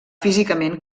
físicament